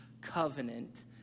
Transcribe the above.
covenant